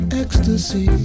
ecstasy